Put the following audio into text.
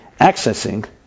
accessing